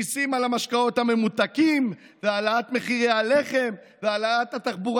מיסים על המשקאות הממותקים והעלאת מחירי הלחם והעלאת התחבורה